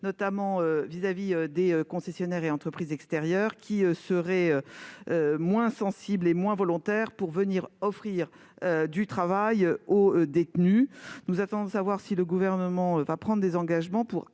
notamment vis-à-vis des concessionnaires et entreprises extérieures, qui seraient moins enclines à venir offrir du travail aux détenus. Nous attendons de savoir si le Gouvernement prendra des engagements visant